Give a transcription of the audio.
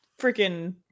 freaking –